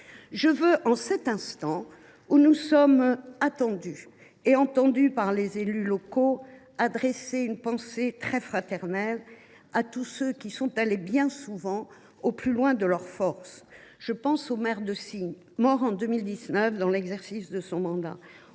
En cet instant où nous sommes attendus et entendus par les élus locaux, je veux adresser une pensée très fraternelle à tous ceux qui bien souvent sont allés au plus loin de leurs forces. Je pense au maire de Signes, mort en 2019 dans l’exercice de son mandat,